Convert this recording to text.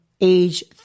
age